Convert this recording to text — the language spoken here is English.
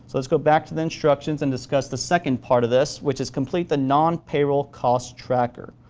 so let's go back to the instructions and discuss the second part of this, which is complete the non payroll costs tracker.